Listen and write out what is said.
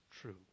true